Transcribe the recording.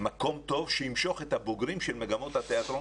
מקום טוב שימשוך את הבוגרים של מגמות התיאטרון